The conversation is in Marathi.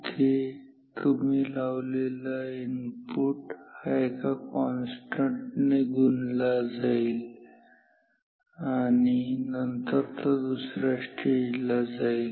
तर इथे तुम्ही लावलेला इनपुट हा एका कॉन्स्टंटने गुणला जाईल आणि नंतर तो दुसऱ्या स्टेज ला जाईल